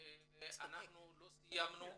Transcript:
אנחנו לא סיימנו,